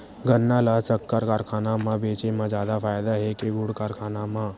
गन्ना ल शक्कर कारखाना म बेचे म जादा फ़ायदा हे के गुण कारखाना म?